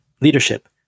leadership